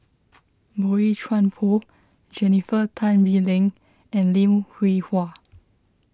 Boey Chuan Poh Jennifer Tan Bee Leng and Lim Hwee Hua